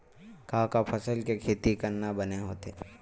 का का फसल के खेती करना बने होथे?